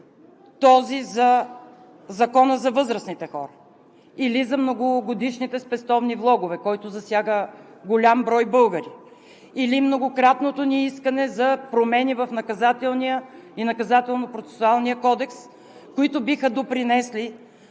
например Законът за възрастните хора или за многогодишните спестовни влогове, който засяга голям брой българи, или многократното ни искане за промени в Наказателния и Наказателно-процесуалния кодекс, които биха допринесли